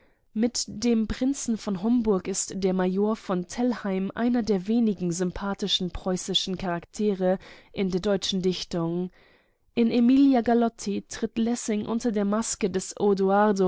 mit dem prinzen von homburg ist der major von tellheim einer der wenigen sympathischen preußischen charaktere in der deutschen literatur in emilia galotti tritt lessing unter der maske des